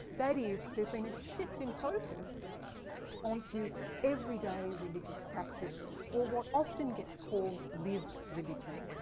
that is, there's been a shift in focus on to everyday religious practice or what often gets called lived religion.